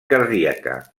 cardíaca